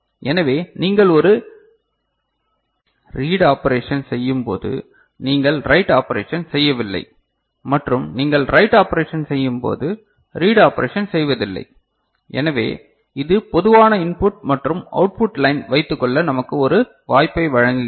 எனவே நீங்கள் ஒரு ரீட் ஆப்பரேஷன் செய்யும்போது நீங்கள் ரைட் ஆப்பரேஷன் செய்யவில்லை மற்றும் நீங்கள் ரைட் ஆபரேஷன் செய்யும்போது ரீட் ஆப்பரேஷன் செய்வதில்லை எனவே இது பொதுவான இன்புட் மற்றும் அவுட்புட் லைன் வைத்துக் கொள்ள நமக்கு ஒரு வாய்ப்பை வழங்குகிறது